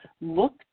look